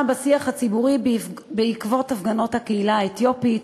בשיח הציבורי בעקבות הפגנות הקהילה האתיופית,